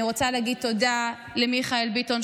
אני רוצה להגיד תודה למיכאל ביטון,